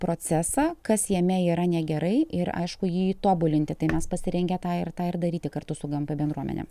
procesą kas jame yra negerai ir aišku jį tobulinti tai mes pasirengę tą ir tą ir daryti kartu su gmp bendruomenėm